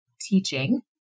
teaching